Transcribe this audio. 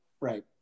right